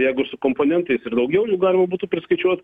jeigu su komponentais ir daugiau jų galima būtų priskaičiuot